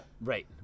Right